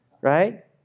Right